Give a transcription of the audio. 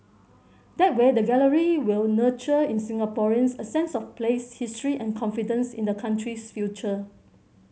that way the gallery will nurture in Singaporeans a sense of place history and confidence in the country's future